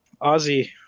Ozzy